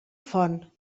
font